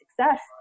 success